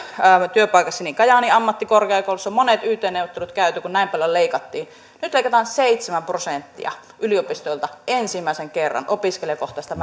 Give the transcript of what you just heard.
työpaikassani kajaanin ammattikorkeakoulussa on monet yt neuvottelut käyty kun näin paljon leikattiin nyt leikataan seitsemän prosenttia yliopistoilta ensimmäisen kerran opiskelijakohtaisista